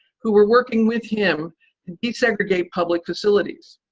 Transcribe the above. who were working with him to desegregate public facilities.